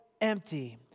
empty